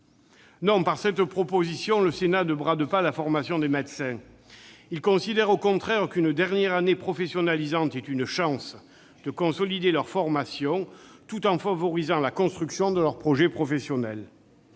Non, par cette proposition, le Sénat ne brade pas la formation des médecins ! Il considère, au contraire, qu'une dernière année professionnalisante est une chance de consolider leur formation, tout en favorisant la construction de leur projet professionnel.